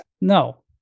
No